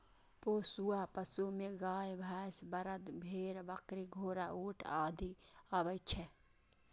पोसुआ पशु मे गाय, भैंस, बरद, भेड़, बकरी, घोड़ा, ऊंट आदि आबै छै